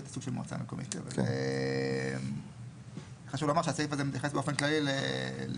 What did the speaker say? חשוב לומר שהסעיף הזה מתייחס באופן כללי לכל,